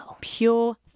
Pure